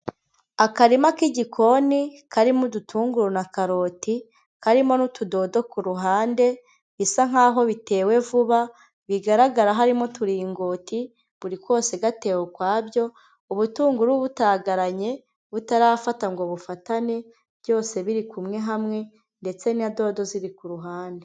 Akarima k'igikoni, karimo udutunguru na karoti, karimo n'utudodo ku ruhande, bisa nkaho bitewe vuba, bigaragara harimo uturingoti, buri kose gateye ukwabyo, ubutunguru butagaranye, butarafata ngo bufatane, byose biri kumwe hamwe, ndetse na dodo ziri ku ruhande.